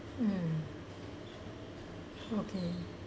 mm okay